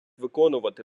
виконувати